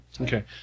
Okay